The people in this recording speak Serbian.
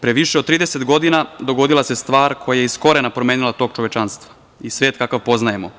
Pre više od 30 godina dogodila se stvar koja je iz korena promenila tok čovečanstva i svet kakav poznajemo.